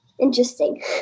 interesting